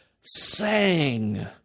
sang